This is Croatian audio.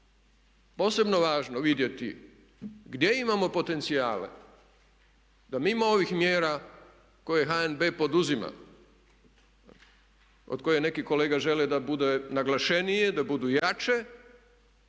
posebno važno vidjeti gdje imamo potencijale da mimo ovih mjera koje HNB poduzima od kojih neki od kolega žele da budu naglašenije, da budu jače